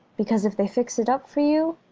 because if they fix it up for you,